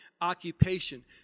occupation